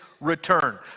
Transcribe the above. return